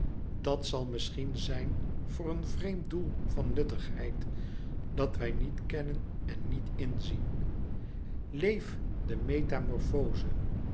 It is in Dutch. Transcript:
dat zal misschien zijn voor een vreemd doel van nuttigheid dat wij niet kennen en niet inzien léef de metamorfoze